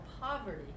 poverty